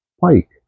pike